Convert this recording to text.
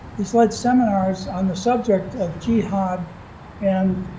he's led seminars on the subject of jihad and